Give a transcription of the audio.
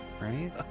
Right